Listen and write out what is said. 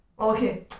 okay